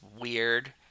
weird